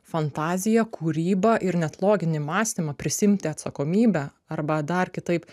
fantaziją kūrybą ir net loginį mąstymą prisiimti atsakomybę arba dar kitaip